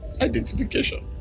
identification